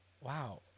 wow